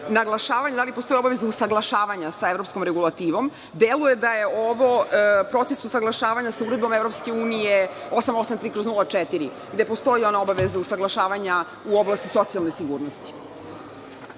naglašavanja da li postoji obaveza usaglašavanja sa evropskom regulativom. Deluje da je ovo proces usaglašavanja sa EU 883/04 gde postoji ona obaveza usaglašavanja u oblasti socijalne sigurnosti.